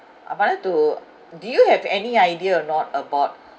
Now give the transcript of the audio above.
I wanted to do you have any idea or not about